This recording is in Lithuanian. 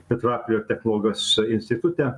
petrapilio technologijos institute